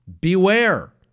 Beware